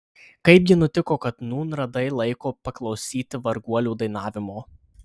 kaipgi nutiko kad nūn radai laiko paklausyti varguolių dainavimo